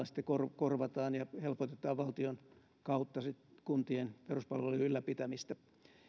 sitten korvataan ja helpotetaan valtion kautta kuntien peruspalveluiden ylläpitämistä